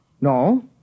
No